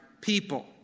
people